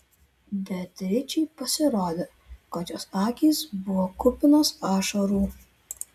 beatričei pasirodė kad jos akys buvo kupinos ašarų